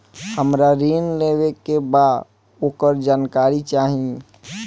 हमरा ऋण लेवे के बा वोकर जानकारी चाही